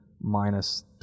minus